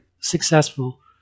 successful